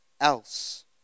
else